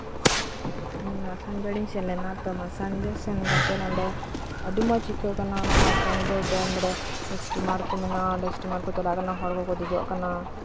ᱤᱧ ᱢᱟᱥᱟᱝᱡᱳᱲ ᱤᱧ ᱥᱮᱱ ᱞᱮᱱᱟ ᱛᱳ ᱢᱟᱥᱟᱝᱡᱳᱲ ᱥᱮᱱ ᱠᱟᱛᱮᱜ ᱜᱟᱛᱮ ᱱᱚᱰᱮ ᱟᱹᱰᱤ ᱢᱚᱸᱡ ᱟᱭᱠᱟᱹᱜ ᱠᱟᱱᱟ ᱚᱱᱟ ᱢᱟᱥᱟᱝᱡᱳᱲ ᱰᱮᱢᱨᱮ ᱤᱥᱴᱤᱢᱟᱨ ᱠᱚ ᱢᱮᱱᱟᱜᱼᱟ ᱚᱱᱰᱮ ᱤᱥᱴᱤᱢᱟᱨ ᱠᱚ ᱪᱟᱞᱟᱜ ᱠᱟᱱᱟ ᱦᱚᱲ ᱠᱚᱠᱚ ᱫᱮᱡᱚᱜ ᱠᱟᱱᱟ